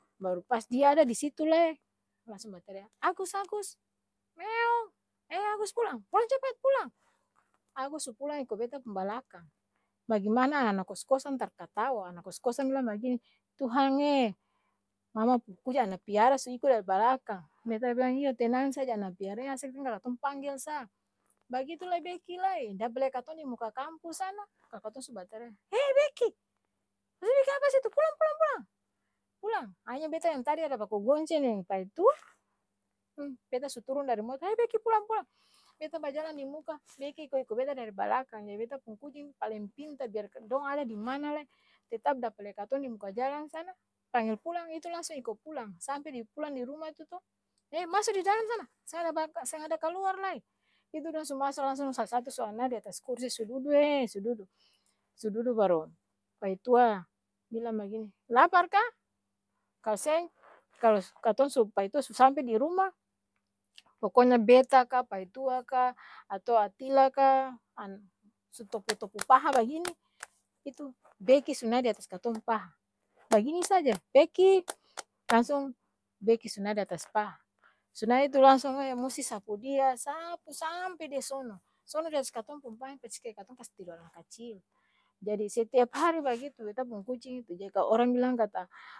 Baru pas dia ada di situ lae, langsung batarea agus, agus, meeong ee agus pulang, pulang capat pulang! Agus su pulang iko beta pung balakang, bagemana ana kos-kos an tar tatawa, ana kos-kos an bilang bagini, tuhang ee mama pung kuc ana piara su iko dari balakang, beta bilang iyo, tenang saja ana piara ini asa tinggal katong panggel sa bagitu lai beki lai, dapa lia katong di muka kampus sana, kal katong su batarea he beki, ose biking apa situ? Pulang pulang pulang pulang, ahi nya beta yang tadi ada baku gonceng deng paitua, hmm beta su turun dari motor ayo beki pulang pulang beta bajalang di muka, beki iko-iko dari beta di balakang jadi beta pung kucing paleng pintar! Biar dong ada dimana lae, tetap dapa lia katong di muka jalang sana, panggel pulang, itu langsung iko pulang, sampe di pulang di ruma itu to, ee maso di dalam sana! Seng ada ba seng ada kaluar lai itu dong su maso langsung sat-satu su nae di atas kursi su dudu eee su dudu, su dudu baru, paitua bilang bagini lapar ka? Kal seng kalo katong su paitua su sampe di ruma, poko nya beta kaa paitua kaa ato atila kaa an su topu-topu paha bagini, itu beki su nae di atas katong paha, bagini saja beki, langsung beki su nae di atas paha, su nae tu langsung e musti sapu dia, saapuu saampee dia sono, sono di atas katong pung paha percis kaya katong kas tidor ana kacil, jadi setiap hari bagitu beta pung kucing itu, ja'i kalo orang bilang kata.